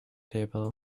table